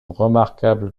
remarquable